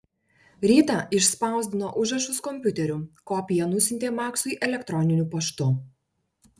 rytą išspausdino užrašus kompiuteriu kopiją nusiuntė maksui elektroniniu paštu